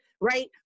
right